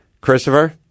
Christopher